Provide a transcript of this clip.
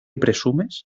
presumes